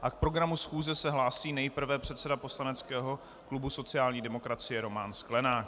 K programu schůze se hlásí nejprve předseda poslaneckého klubu sociální demokracie Roman Sklenák.